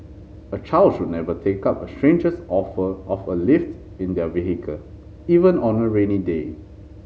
a child should never take up a stranger's offer of a lift in their vehicle even on a rainy day